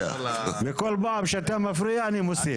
וכל פעם שאתה מפריע אני מוסיף.